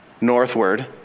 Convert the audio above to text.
northward